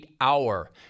hour